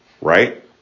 Right